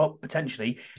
potentially